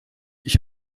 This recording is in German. ich